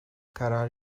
karar